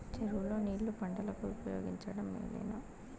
చెరువు లో నీళ్లు పంటలకు ఉపయోగించడం మేలేనా?